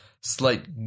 slight